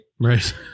Right